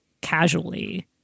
casually